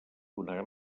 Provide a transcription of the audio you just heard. una